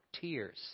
tears